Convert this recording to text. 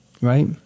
right